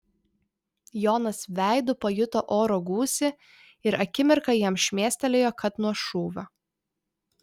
jonas veidu pajuto oro gūsį ir akimirką jam šmėstelėjo kad nuo šūvio